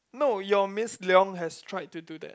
no your miss Leong has tried to do that